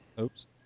Oops